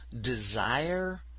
desire